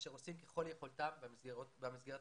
אשר עושים ככל יכולתם במסגרת הקיימת.